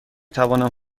توانم